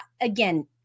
Again